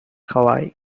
hawaii